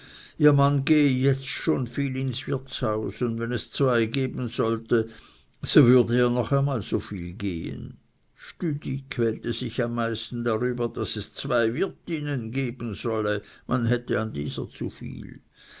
ihr mann gehe jetzt schon viel ins wirtehaus und wenn es zwei geben sollte so würde er noch einmal so viel gehen stüdi quälte sich am meisten darüber daß es zwei wirtinnen geben solle man hätte an dieser